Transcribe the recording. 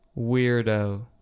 weirdo